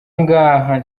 ngaha